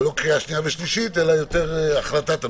זה לא לקריאה שנייה ושלישית אלא להחלטת המליאה.